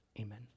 Amen